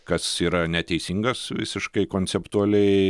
kas yra neteisingas visiškai konceptualiai